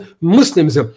Muslims